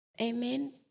Amen